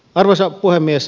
arvoisa puhemies